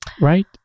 Right